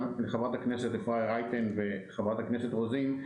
גם לחברת הכנסת אפרת רייטן מרום וגם לחברת הכנסת רוזין.